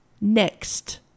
next